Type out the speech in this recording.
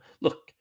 Look